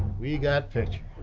we got picture.